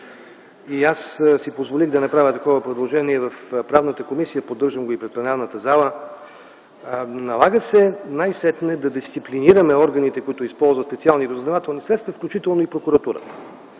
Позволих си да направя такова предложение в Комисията по правни въпроси, поддържам го и пред пленарната зала – налага се най-сетне да дисциплинираме органите, които използват специални разузнавателни средства, включително и прокуратурата.